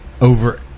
over